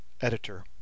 Editor